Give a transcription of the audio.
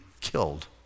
killed